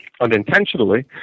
unintentionally